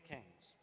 Kings